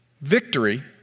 victory